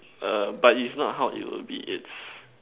err but it's not how it will be it's